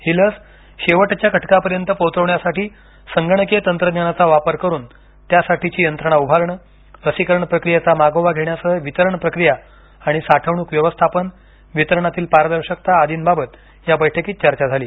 ही लस शेवटच्या घटकापर्यंत पोहोचवण्यासाठी संगणकीय तंत्रज्ञानाचा वापर करुन त्यासाठीची यंत्रणा उभारणं लसीकरण प्रक्रियेचा मागोवा घेण्यासह वितरण प्रक्रिया आणि साठवणूक व्यवस्थापन वितरणातील पारदर्शकता आदींबाबत या बैठकीत चर्चा झाली